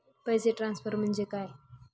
पैसे ट्रान्सफर म्हणजे काय?